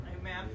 Amen